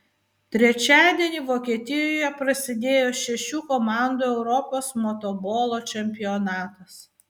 trečiadienį vokietijoje prasidėjo šešių komandų europos motobolo čempionatas